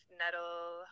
nettle